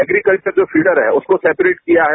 agriculture जो feeder है उसको सप्रेट किया है